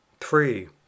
three